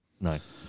Nice